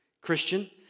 Christian